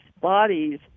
bodies